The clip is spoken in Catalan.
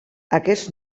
aquests